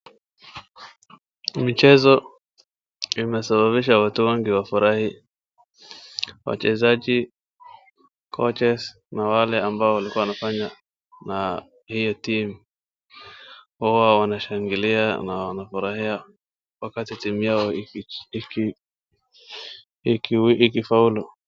Mchezo imesababisha watu wengi wafurahi wachezaji, coaches na wale ambao walikua wanafanya na hiyo team hao wanashangilia na wanafurahia wakati team yao iki faulu.